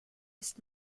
ist